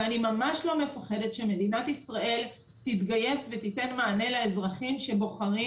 ואני ממש לא מפחדת שמדינת ישראל תתגייס ותיתן מענה לאזרחים שבוחרים